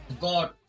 God